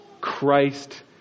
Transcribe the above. Christ